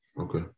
Okay